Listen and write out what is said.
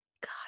God